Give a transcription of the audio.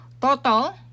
Total